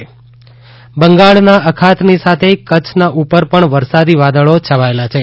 વરસાદ બંગાળના અખાતની સાથે કચ્છના ઉપર પણ વરસાદી વાદળો છવાયેલા છે